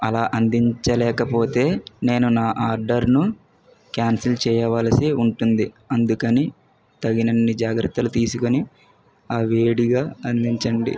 అలా అందించ లేకపోతే నేను నా ఆర్డర్ను క్యాన్సల్ చేయవలసి ఉంటుంది అందుకని తగినన్ని జాగ్రత్తలు తీసుకొని ఆ వేడిగా అందించండి